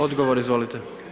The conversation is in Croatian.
Odgovor, izvolite.